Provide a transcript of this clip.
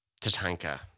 Tatanka